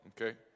okay